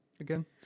again